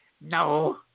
No